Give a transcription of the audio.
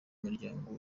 muryango